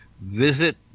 visit